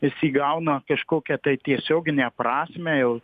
jis įgauna kažkokią tai tiesioginę prasmę jau